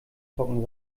trocken